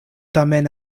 tamen